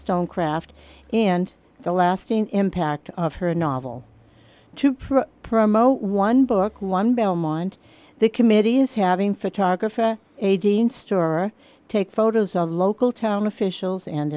wollstonecraft and the lasting impact of her novel to pro promote one book one belmont the committee is having photography store take photos of local town officials and